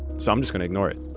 so i'm just gonna ignore it